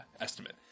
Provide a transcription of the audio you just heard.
estimate